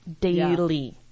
daily